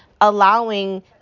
Allowing